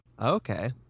Okay